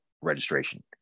registration